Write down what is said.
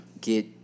get